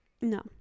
No